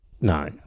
No